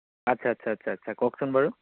আচ্ছা আচ্ছা আচ্ছা কওকচোন বাৰু